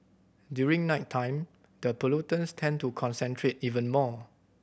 during nighttime the pollutants tend to concentrate even more